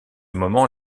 moment